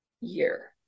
year